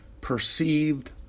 perceived